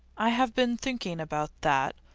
i have been thinking about that,